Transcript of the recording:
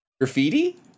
graffiti